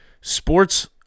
sports